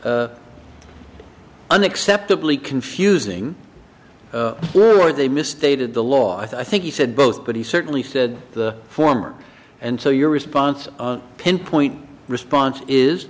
unacceptably confusing were they misstated the law i think he said both but he certainly said the former and so your response pinpoint response